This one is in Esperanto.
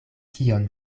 kion